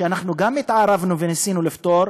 אנחנו גם התערבנו וניסינו לפתור,